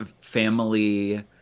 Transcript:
family